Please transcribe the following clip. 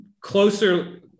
closer